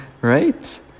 Right